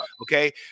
Okay